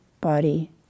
body